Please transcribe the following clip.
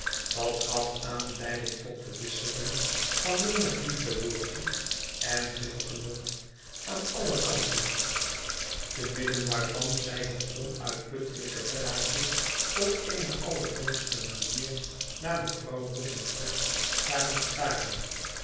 dat gaf aanleiding tot de wisseling van menig liefdewoordje en veel genot aan alle kanten te midden waarvan zij het onuitputtelijke bellaatje op eene allerdomste manier naar mevrouw boffin's borst zagen staren